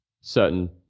certain